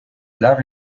lave